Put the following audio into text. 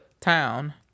town